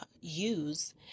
use